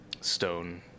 stone